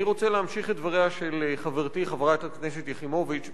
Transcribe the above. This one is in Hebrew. אני רוצה להמשיך את דבריה של חברתי חברת הכנסת יחימוביץ.